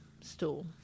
stool